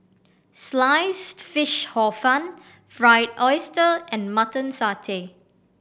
Sliced Fish Hor Fun Fried Oyster and Mutton Satay